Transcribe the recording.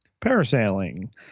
Parasailing